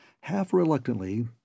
Half-reluctantly